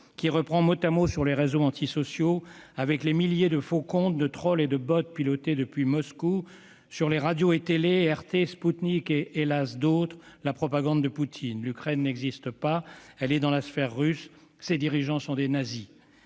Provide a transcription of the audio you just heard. qui reprend mot à mot sur les réseaux antisociaux, au moyen de milliers de faux comptes, de trolls et de pilotés depuis Moscou, sur les radios et télévisions de RT, Sputnik et, hélas !, d'autres encore, la propagande de Poutine : l'Ukraine n'existe pas, elle est dans la sphère russe, ses dirigeants sont des nazis.